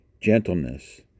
gentleness